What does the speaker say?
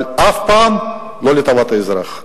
אבל אף פעם לא לטובת האזרח.